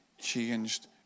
changed